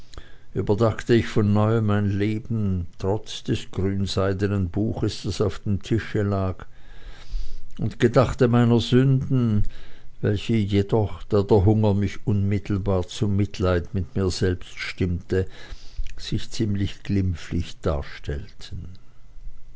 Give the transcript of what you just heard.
überdachte ich von neuem mein leben trotz des grünseidenen buches das auf dem tische lag und gedachte meiner sünden welche jedoch da der hunger mich unmittelbar zum mitleid mit mir selber stimmte sich ziemlich glimpflich darstellten